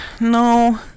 No